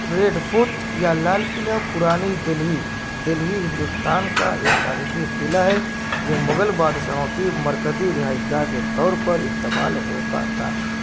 red fort یا لال قلعہ پرانی دہلی دہلی ہندوستان کا ایک تاریخی قلعہ ہے جو مغل بادشاہوں کی مرکزی رہائش گاہ کے طور پر استعمال ہوتا تھا